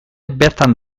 bertan